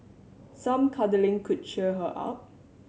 some cuddling could cheer her up